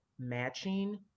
matching